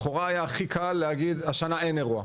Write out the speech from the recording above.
לכאורה היה הכי קל להגיד: השנה אין אירוע,